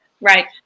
Right